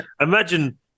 imagine